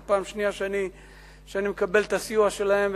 זו פעם שנייה שאני מקבל את הסיוע שלהם,